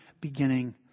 beginning